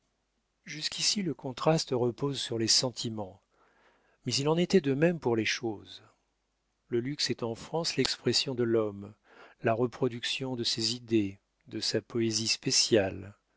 jusqu'ici le contraste repose sur les sentiments mais il en était de même pour les choses le luxe est en france l'expression de l'homme la reproduction de ses idées de sa poésie spéciale